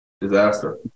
disaster